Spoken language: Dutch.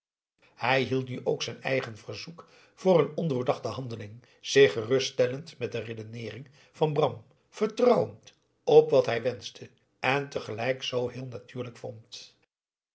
hij hield nu ook zijn eigen verzoek voor een ondoordachte handeling zich geruststellend met de redeneeringen van bram vertrouwend op wat hij wenschte en tegelijk zoo heel natuurlijk vond